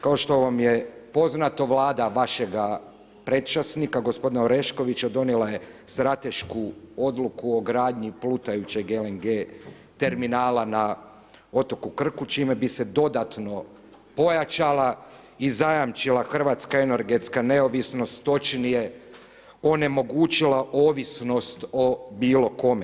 Kao što vam je poznato, Vlada vašega predčasnika gospodina Oreškovića donijela je stratešku odluku o gradnji plutajućeg lng terminala na otoku Krku čime bi se dodatno pojačala i zajamčila hrvatska energetska neovisnost, točnije onemogućila ovisnost o bilo kom.